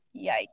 yikes